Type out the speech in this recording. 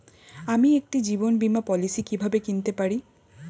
আমি একটি জীবন বীমা পলিসি কিভাবে কিনতে পারি?